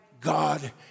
God